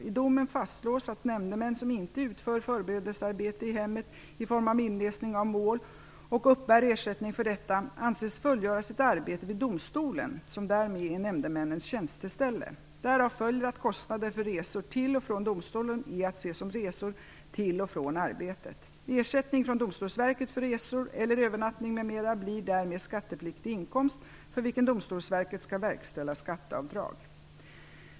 I domen fastslås att nämndemän som inte utför förberedelsearbete i hemmet i form av inläsning av mål, och uppbär ersättning för detta, anses fullgöra sitt arbete vid domstolen som därmed är nämndemännens tjänsteställe. Därav följer att kostnader för resor till och från domstolen är att se som resor till och från arbetet. Ersättningen från Domstolsverket för resor eller övernattning m.m. blir därmed skattepliktig inkomst för vilken Domstolsverket skall verkställa skatteavdrag.